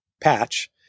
patch